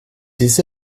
des